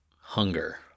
hunger